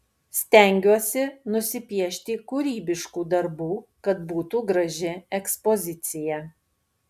stengiuosi nusipiešti kūrybiškų darbų kad būtų graži ekspozicija